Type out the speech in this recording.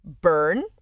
burn